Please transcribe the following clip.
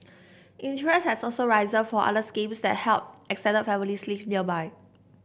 interest has also risen for other schemes that help extended families live nearby